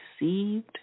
received